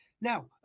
Now